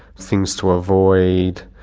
things to avoid,